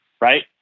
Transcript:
right